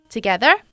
Together